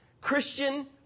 Christian